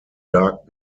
dark